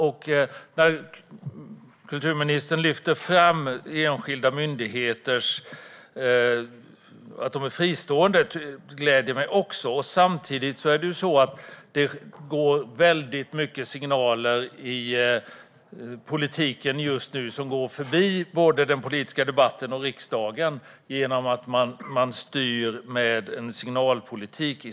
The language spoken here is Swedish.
Att kulturministern lyfter fram att enskilda myndigheter är fristående gläder mig också, men samtidigt går det mycket signaler i politiken just nu. Man går förbi både den politiska debatten och riksdagen genom att i stället styra med signalpolitik.